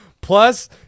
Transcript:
Plus